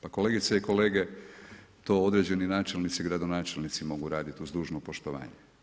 Pa kolegice i kolege, to određeni načelnici, gradonačelnici mogu raditi, uz dužno poštovanje.